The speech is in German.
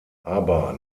aber